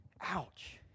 ouch